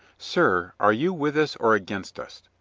sir, are you with us or against us?